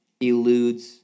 eludes